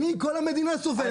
כל המדינה סובלת.